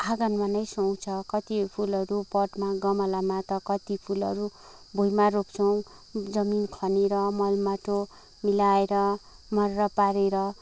आँगनमा नै सुहाउँछ कति फुलहरू पटमा गमलामा त कति फुलहरू भुईँमा रोप्छौँ जमिन खनेर मल माटो मिलाएर मर्र पारेर